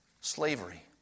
slavery